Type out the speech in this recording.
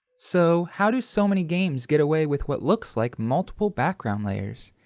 so how do so many games get away with what looks like multiple background layers?